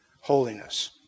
holiness